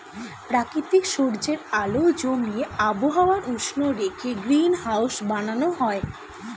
প্রাকৃতিক সূর্যের আলো জমিয়ে আবহাওয়া উষ্ণ রেখে গ্রিনহাউস বানানো হয়